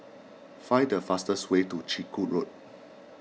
find the fastest way to Chiku Road